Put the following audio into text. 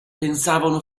pensavano